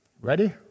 Ready